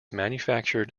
manufactured